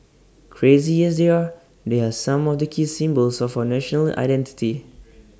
crazy as they are there are some of the key symbols of our national identity